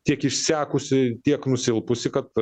tiek išsekusi tiek nusilpusi kad